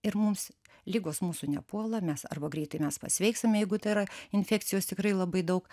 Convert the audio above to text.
ir mums ligos mūsų nepuola mes arba greitai mes pasveikstam jeigu tai yra infekcijos tikrai labai daug